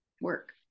work